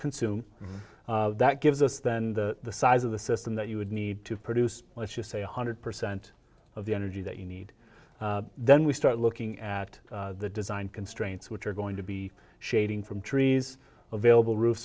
consume that gives us then the size of the system that you would need to produce let's just say one hundred percent of the energy that you need then we start looking at the design constraints which are going to be shading from trees available roof